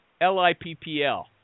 L-I-P-P-L